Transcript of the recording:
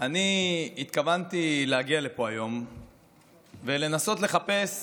אני התכוונתי להגיע לפה היום ולנסות לחפש